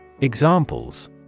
Examples